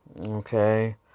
okay